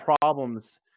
problems